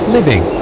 Living